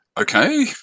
okay